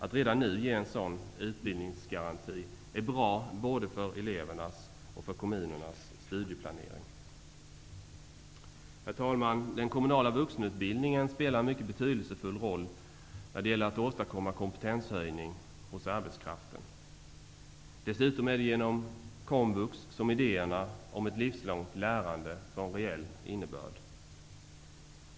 Att redan nu ge en sådan utbildningsgaranti är bra både för elevernas och kommunernas studieplanering. Herr talman! Den kommunala vuxenutbildningen spelar en mycket betydelsefull roll när det gäller att åstadkomma kompetenshöjning hos arbetskraften. Dessutom är det genom komvux som idéerna om ett livslångt lärande får en reell innebörd.